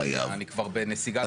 אני כבר בנסיגה.